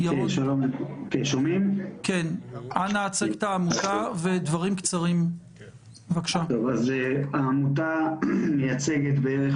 של 30.6 ויש כרגע מטופלים סיעודיים שלא יודעים אם הם יקבלו את